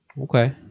okay